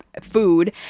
food